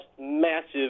massive